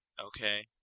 Okay